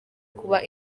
kuba